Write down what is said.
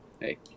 hey